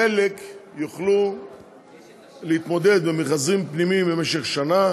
חלק יוכלו להתמודד במכרזים פנימיים במשך שנה